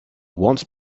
once